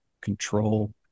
control